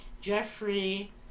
Jeffrey